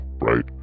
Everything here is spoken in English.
right